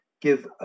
give